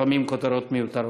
לפעמים כותרות מיותרות.